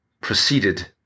proceeded